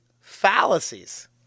fallacies